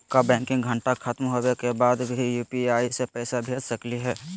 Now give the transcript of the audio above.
का बैंकिंग घंटा खत्म होवे के बाद भी यू.पी.आई से पैसा भेज सकली हे?